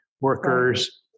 workers